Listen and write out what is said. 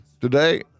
Today